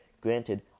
Granted